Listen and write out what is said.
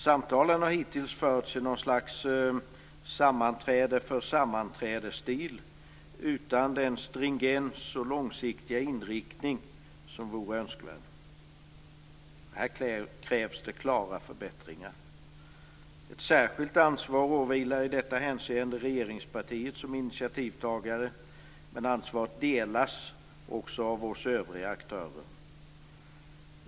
Samtalen har på något sätt hittills förts sammanträde för sammanträde utan den stringens och långsiktiga inriktning som vore önskvärd. Här krävs det klara förbättringar. Ett särskilt ansvar åvilar i detta hänseende regeringspartiet som initiativtagare, men ansvaret delas också av oss övriga aktörer.